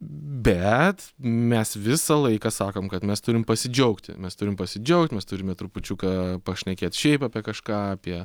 bet mes visą laiką sakom kad mes turim pasidžiaugti mes turim pasidžiaugt mes turime trupučiuką pašnekėt šiaip apie kažką apie